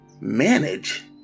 manage